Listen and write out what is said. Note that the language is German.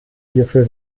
hierfür